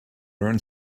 learn